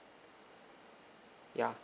ya